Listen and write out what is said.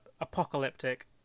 apocalyptic